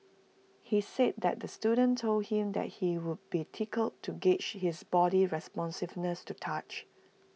he said that the student told him that he would be tickled to gauge his body's responsiveness to touch